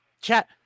chat